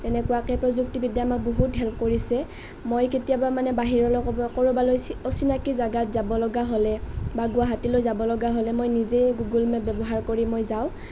তেনেকুৱাকৈ প্ৰযুক্তিবিদ্যাই আমাক বহুত হেল্প কৰিছে মই কেতিয়াবা মানে বাহিৰলৈ কৰবালৈ অচি অচিনাকী জেগাত যাবলগা হ'লে বা গুৱাহাটীলৈ যাব লগা হ'লে মই নিজে গুগুল মেপ ব্যৱহাৰ কৰি মই যাওঁ